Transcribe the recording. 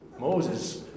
Moses